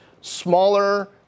smaller